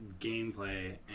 gameplay